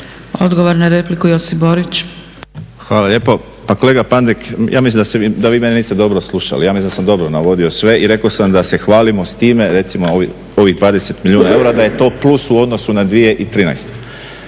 Borić. **Borić, Josip (HDZ)** Hvala lijepo. Pa kolega Pandek, ja mislim da vi mene niste dobro slušali. Ja mislim da sam dobro navodio sve i rekao sam da se hvalimo s time, recimo ovih 20 milijuna eura da je to plus u odnosu na 2013.